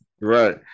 Right